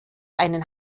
einen